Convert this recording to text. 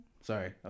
sorry